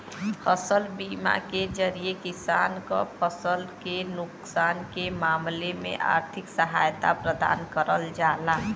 फसल बीमा के जरिये किसान क फसल के नुकसान के मामले में आर्थिक सहायता प्रदान करल जाला